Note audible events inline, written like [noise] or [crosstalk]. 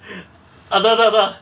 [breath] அதா ததா:atha thathaa